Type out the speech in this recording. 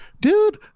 dude